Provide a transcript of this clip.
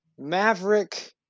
Maverick